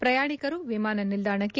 ಪ್ರಯಾಣಿಕರು ವಿಮಾನ ನಿಲ್ದಾಣಕ್ಕೆ